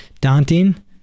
daunting